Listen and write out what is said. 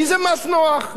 כי זה מס נוח.